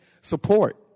support